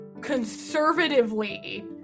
conservatively